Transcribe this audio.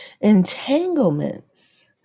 entanglements